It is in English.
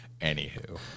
anywho